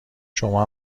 شما